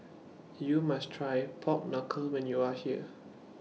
YOU must Try Pork Knuckle when YOU Are here